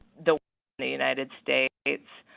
the the united states.